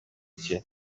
cye